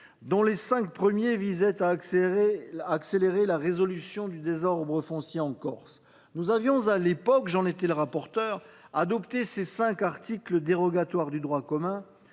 dont les cinq premiers visaient à accélérer la résolution du désordre foncier en Corse. Nous avions, à l’époque, adopté ces cinq articles, dérogatoires du droit commun,